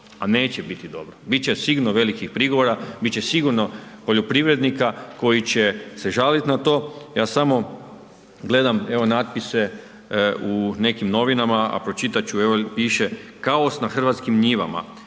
a neće biti dobro, bit će sigurno velikih prigovora, bit će sigurno poljoprivrednika koji će se žaliti na to, ja samo gledam, evo natpise u nekim novinama a pročitat ću, evo piše „Kaos na hrvatskim njivama,